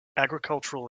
agricultural